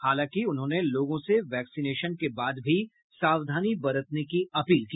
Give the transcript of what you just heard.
हालांकि उन्होंने लोगों से वैक्सीनेशन के बाद भी सावधानी बरतने की अपील की